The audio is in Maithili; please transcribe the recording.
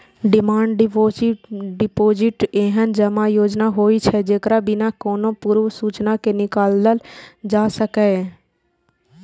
डिमांड डिपोजिट एहन जमा योजना होइ छै, जेकरा बिना कोनो पूर्व सूचना के निकालल जा सकैए